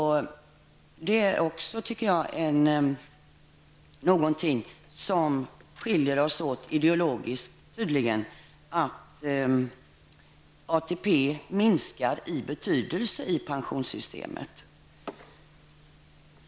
Det är också någonting som skiljer oss från moderaterna och centern -- ideologiskt tydligen -- att enligt deras förslag minskar ATP i betydelse i pensionssystemet.